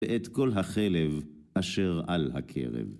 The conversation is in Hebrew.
ואת כל החלב אשר על הקרב.